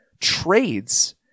trades